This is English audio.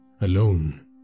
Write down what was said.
Alone